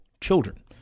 children